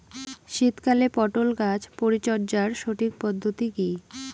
শীতকালে পটল গাছ পরিচর্যার সঠিক পদ্ধতি কী?